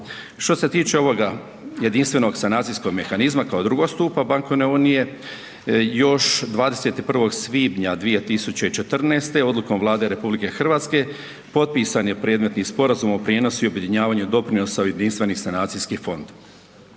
Što se tiče ovoga Jedinstvenog sanacijskog mehanizma kao drugog stupa bankovne unije, još 21. svibnja 2014. odlukom Vlade RH potpisan je predmetni Sporazum o prijenosu i objedinjavanju doprinosa u Jedinstveni sanacijski fond.